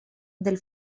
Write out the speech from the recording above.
del